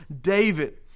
David